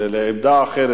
לעמדה אחרת.